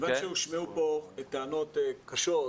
כיוון שהושמעו פה טענות קשות,